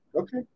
Okay